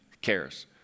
cares